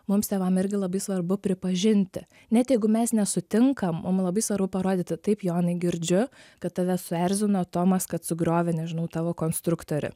mums tėvam irgi labai svarbu pripažinti net jeigu mes nesutinkam mum labai svarbu parodyti taip jonai girdžiu kad tave suerzino tomas kad sugriovė nežinau tavo konstruktorį